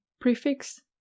prefix